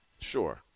Sure